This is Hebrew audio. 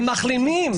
הם מחלימים.